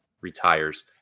Retires